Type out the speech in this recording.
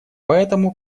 поэтому